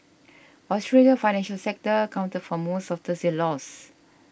Australia's financial sector accounted for most of Thursday's loss